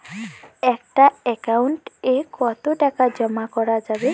একটা একাউন্ট এ কতো টাকা জমা করা যাবে?